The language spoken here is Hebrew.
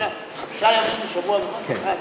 חמישה ימים בשבוע בבת-אחת?